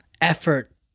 effort